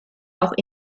auch